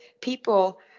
people